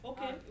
Okay